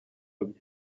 byo